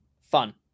Fun